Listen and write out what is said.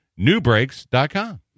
Newbreaks.com